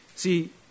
See